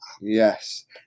Yes